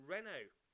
Renault